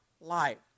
life